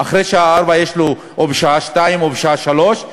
או בשעה 14:00 או בשעה 15:00,